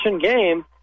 game